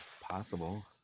Possible